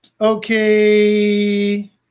Okay